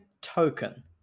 token